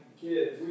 kids